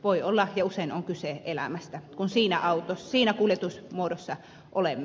voi olla ja usein on kyse elämästä kun siinä kuljetusmuodossa olemme